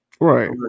Right